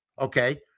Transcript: Okay